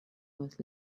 worth